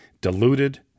diluted